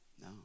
no